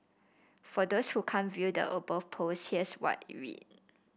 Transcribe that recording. for those who can't view the above post here's what it read